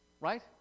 right